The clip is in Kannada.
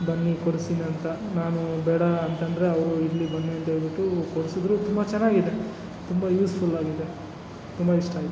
ಬನ್ನಿ ಕೊಡಿಸ್ತಿನಿ ಅಂತ ನಾನು ಬೇಡ ಅಂತಂದರೆ ಅವರು ಇರಲಿ ಬನ್ನಿ ಅಂತೇಳ್ಬಿಟ್ಟು ಕೊಡ್ಸಿದ್ರು ತುಂಬ ಚೆನಾಗಿದೆ ತುಂಬ ಯೂಸ್ಫುಲ್ಲಾಗಿದೆ ತುಂಬ ಇಷ್ಟ ಆಯಿತು